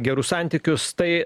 gerus santykius tai